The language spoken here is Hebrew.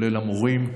כולל המורים,